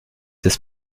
des